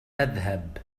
تذهب